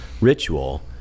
ritual